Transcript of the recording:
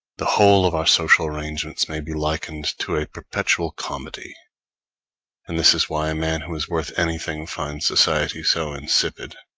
the whole of our social arrangements may be likened to a perpetual comedy and this is why a man who is worth anything finds society so insipid,